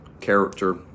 character